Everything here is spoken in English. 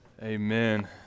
Amen